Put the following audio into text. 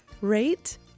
rate